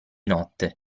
notte